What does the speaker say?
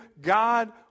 God